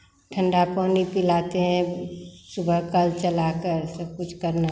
ठंडा पानी पिलाते हैं सुबह कल चलाकर सब कुछ करना